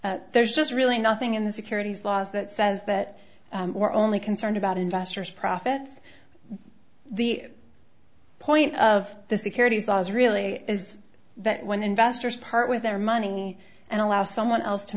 purposes there's just really nothing in the securities laws that says that we're only concerned about investors profits the point of the securities laws really is that when investors part with their money and allow someone else to